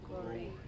Glory